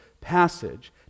passage